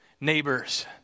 neighbors